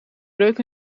breuk